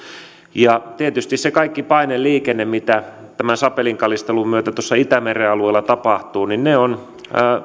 ja tietysti se kaikki paineliikenne mitä tämän sapelinkalistelun myötä itämeren alueella tapahtuu ne ovat